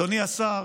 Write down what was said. אדוני השר